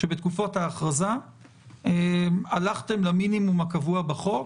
שבתקופות ההכרזה הלכתם למינימום הקבוע בחוק,